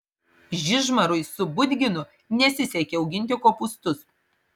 žižmarui su budginu nesisekė auginti kopūstus